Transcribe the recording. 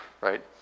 right